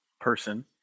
person